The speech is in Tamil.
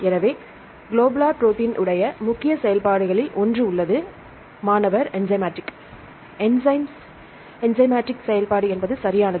எனவே க்ளோபுலர் ப்ரோடீன் உடைய முக்கிய செயல்பாடுகளில் ஓன்று உள்ளது மாணவர் என்ஸ்ய்மாடிக் என்சைம்ள் என்ஸ்ய்மாடிக் செயல்பாடு என்பது சரியானது